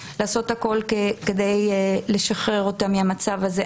לעשות הכל כדי לשחרר אותה מהמצב הזה.